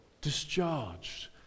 discharged